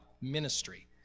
ministry